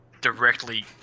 directly